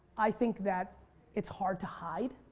i think that it's hard to hide.